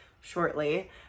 shortly